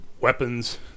weapons